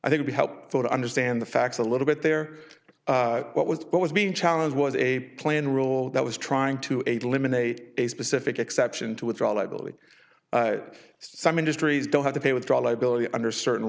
i think would help to understand the facts a little bit there what was what was being challenged was a planned rule that was trying to eliminate a specific exception to withdraw liability some industries don't have to pay withdraw liability under certain